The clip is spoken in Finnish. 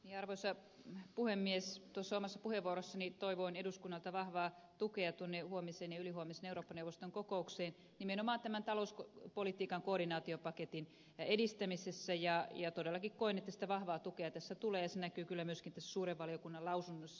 tuossa omassa puheenvuorossani toivoin eduskunnalta vahvaa tukea tuonne huomiseen ja ylihuomiseen eurooppa neuvoston kokoukseen nimenomaan tämän talouspolitiikan koordinaatiopaketin edistämisessä ja todellakin koen että sitä vahvaa tukea tässä tulee ja se näkyy kyllä myöskin tässä suuren valiokunnan lausunnossa